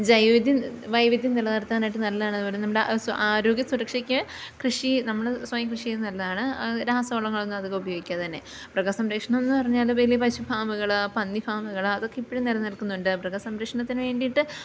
ജൈവിധ്യം വൈവിധ്യം നിലനിർത്താനായിട്ട് നല്ലതാണ് അതു പോലെ നമ്മുടെ സ് ആരോഗ്യ സുരക്ഷയ്ക്ക് കൃഷി നമ്മൾ സ്വയം കൃഷി ചെയ്യുന്നത് നല്ലതാണ് രാസവളങ്ങളൊന്നും അധികം ഉപയോഗിക്കാതെ തന്നെ മൃഗസംരക്ഷണമെന്നു പറഞ്ഞാൽ വലിയ പശു ഫാമുകൾ പന്നി ഫാമുകൾ അതൊക്കെ ഇപ്പോഴും നിലനിൽക്കുന്നുണ്ട് മൃഗസംരക്ഷണത്തിനു വേണ്ടിയിട്ട്